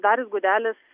darius gudelis